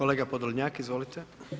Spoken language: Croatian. Kolega Podolnjak, izvolite.